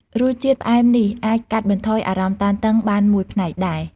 រសជាតិផ្អែមនេះអាចកាត់បន្ថយអារម្មណ៍តានតឹងបានមួយផ្នែកដែរ។